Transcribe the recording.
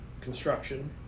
construction